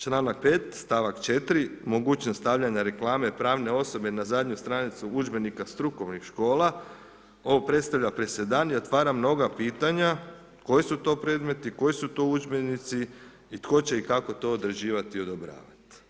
Članak 5. stavak 4. mogućnost stavljanja reklame pravne osobe na zadnju stranicu udžbenika strukovne škole. ovo predstavlja presedan i otvara mnoga pitanja, koji su to predmeti, koji su to udžbenici i tko će to i kako odrađivati i odobravati.